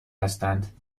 هستند